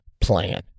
plan